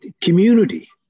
community